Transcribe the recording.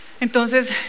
Entonces